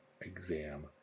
exam